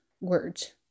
words